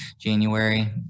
January